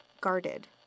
guarded